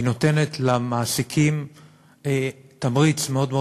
היא נותנת למעסיקים תמריץ מאוד מאוד